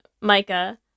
Micah